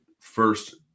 first